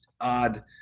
odd